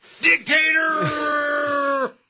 Dictator